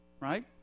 right